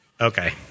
Okay